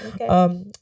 Okay